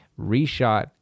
reshot